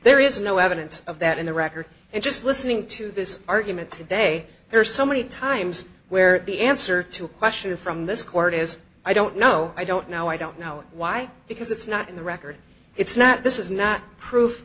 there is no evidence of that in the record and just listening to this argument today there are so many times where the answer to a question from this court is i don't know i don't know i don't know why because it's not in the record it's not this is not pro